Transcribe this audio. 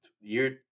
year